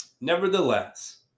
Nevertheless